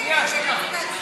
רגע, רגע, שנייה, שנייה,